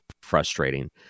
frustrating